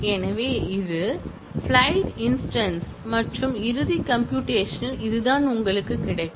எனவே இது flight instance மற்றும் இறுதி கம்பியூடேஷன் ல் இதுதான் உங்களுக்குக் கிடைக்கும்